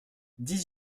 dix